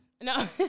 No